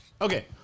Okay